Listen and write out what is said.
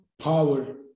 power